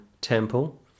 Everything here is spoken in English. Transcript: temple